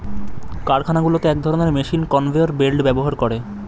কারখানাগুলোতে এক ধরণের মেশিন কনভেয়র বেল্ট ব্যবহার করে